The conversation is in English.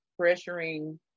pressuring